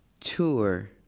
tour